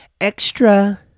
extra